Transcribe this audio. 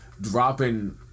dropping